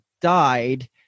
died